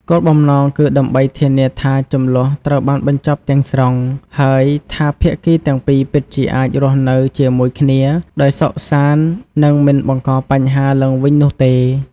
គោលបំណងគឺដើម្បីធានាថាជម្លោះត្រូវបានបញ្ចប់ទាំងស្រុង ហើយថាភាគីទាំងពីរពិតជាអាចរស់នៅជាមួយគ្នាដោយសុខសាន្ត និងមិនបង្កបញ្ហាឡើងវិញនោះទេ។